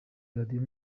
radio